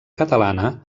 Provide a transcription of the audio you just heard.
catalana